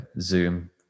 Zoom